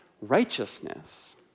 righteousness